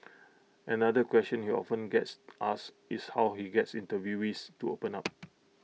another question he often gets asked is how he gets interviewees to open up